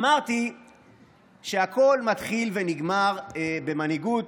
אמרתי שהכול מתחיל ונגמר במנהיגות,